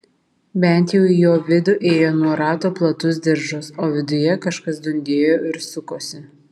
bent jau į jo vidų ėjo nuo rato platus diržas o viduje kažkas dundėjo ir sukosi